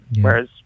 Whereas